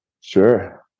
Sure